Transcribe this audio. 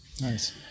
Nice